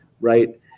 right